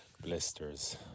Blisters